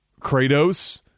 Kratos